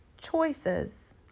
choices